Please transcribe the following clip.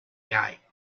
guide